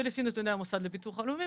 ולפי נתוני המוסד לביטוח הלאומי,